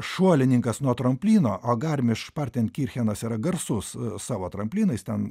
šuolininkas nuo tramplino garmišpertenkirchenas yra garsus savo tramplinais ten